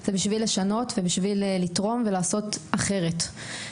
זה בשביל לשנות ובשביל לתרום ולעשות אחרת.